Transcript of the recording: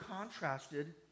contrasted